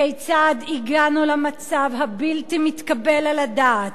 כיצד הגענו למצב הבלתי מתקבל על הדעת,